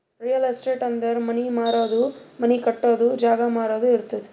real estate ಅಂದುರ್ ಮನಿ ಮಾರದು, ಮನಿ ಕಟ್ಟದು, ಜಾಗ ಮಾರಾದು ಇರ್ತುದ್